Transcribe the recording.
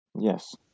Yes